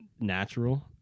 natural